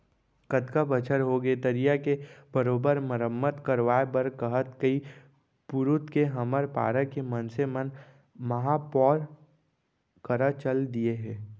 कतका बछर होगे तरिया के बरोबर मरम्मत करवाय बर कहत कई पुरूत के हमर पारा के मनसे मन महापौर करा चल दिये हें